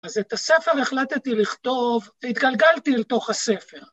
‫אז את הספר החלטתי לכתוב, ‫והתגלגלתי לתוך הספר.